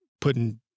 putting